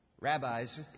Rabbis